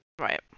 Right